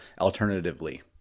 alternatively